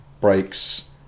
breaks